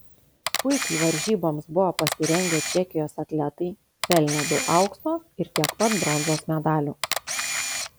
puikiai varžyboms buvo pasirengę čekijos atletai pelnė du aukso ir tiek pat bronzos medalių